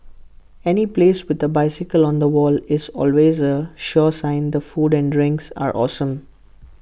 any place with A bicycle on the wall is always A sure sign the food and drinks are awesome